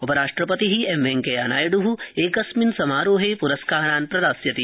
उपराष्ट्रपति एमवेंकैयानायड् एकस्मिन् समारोहे प्रस्कारान् प्रदास्यति